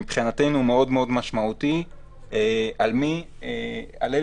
הוא מבחינתנו מאוד מאוד משמעותי על אילו